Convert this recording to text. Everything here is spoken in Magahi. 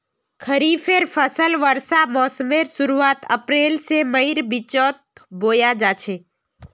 खरिफेर फसल वर्षा मोसमेर शुरुआत अप्रैल से मईर बिचोत बोया जाछे